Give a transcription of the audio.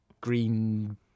green